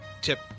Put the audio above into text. Tip